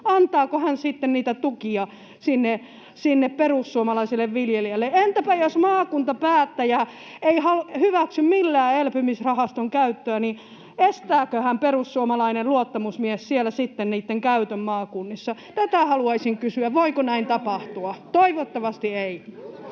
antaako hän sitten niitä tukia sinne perussuomalaisille viljelijöille? Entäpä jos maakuntapäättäjä ei hyväksy millään elpymisrahaston käyttöä, niin estääköhän perussuomalainen luottamusmies siellä sitten niitten käytön maakunnissa? Tätä haluaisin kysyä, voiko näin tapahtua. Toivottavasti ei.